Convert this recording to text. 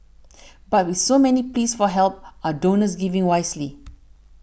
but with so many pleas for help are donors giving wisely